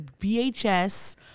VHS